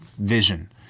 vision